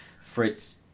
Fritz